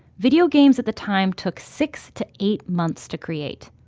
video games at the time took six to eight months to create.